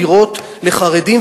דירות לחרדים,